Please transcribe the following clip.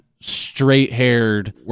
straight-haired